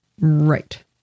Right